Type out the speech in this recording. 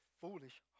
foolish